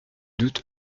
doute